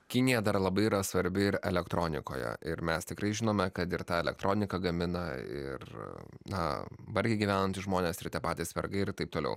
kinija dar labai yra svarbi ir elektronikoje ir mes tikrai žinome kad ir tą elektroniką gamina ir na vargiai gyvenantys žmonės ir tie patys vergai ir taip toliau